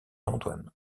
antoine